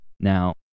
Now